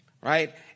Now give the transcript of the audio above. right